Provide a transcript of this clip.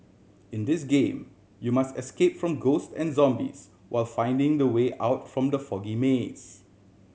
in this game you must escape from ghost and zombies while finding the way out from the foggy maze